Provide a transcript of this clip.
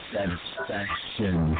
Satisfaction